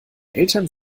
eltern